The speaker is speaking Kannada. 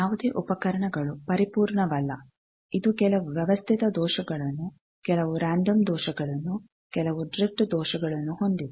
ಯಾವುದೇ ಉಪಕರಣಗಳು ಪರಿಪೂರ್ಣವಲ್ಲ ಇದು ಕೆಲವು ವ್ಯವಸ್ಥಿತ ದೋಷಗಳನ್ನು ಕೆಲವು ರೆಂಡಮ್ ದೋಷಗಳನ್ನು ಕೆಲವು ಡ್ರಿಫ್ಟ್ ದೋಷಗಳನ್ನು ಹೊಂದಿದೆ